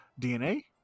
dna